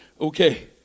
Okay